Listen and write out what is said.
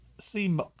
seem